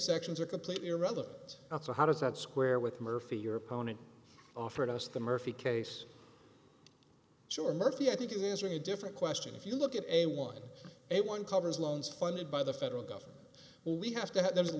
sections are completely irrelevant so how does that square with murphy your opponent offered us the murphy case sure murphy i think it is really a different question if you look at a one a one covers loans funded by the federal government well we have to have them